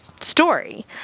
story